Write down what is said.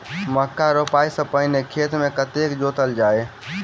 मक्का रोपाइ सँ पहिने खेत केँ कतेक जोतल जाए?